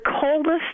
coldest